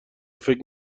فکر